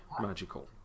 magical